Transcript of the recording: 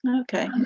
Okay